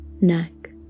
neck